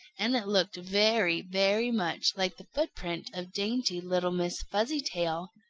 and it looked very, very much like the footprint of dainty little miss fuzzytail!